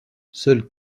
seuls